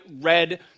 red